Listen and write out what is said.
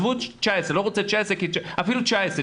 אפילו 19',